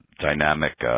dynamic